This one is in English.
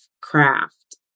craft